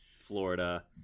Florida